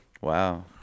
Wow